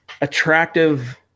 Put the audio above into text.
attractive